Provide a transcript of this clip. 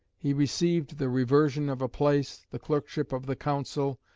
he received the reversion of a place, the clerkship of the council,